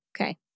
Okay